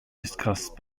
discussed